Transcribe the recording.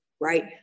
right